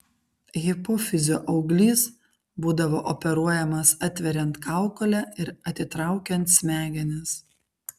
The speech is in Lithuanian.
hipofizio auglys būdavo operuojamas atveriant kaukolę ir atitraukiant smegenis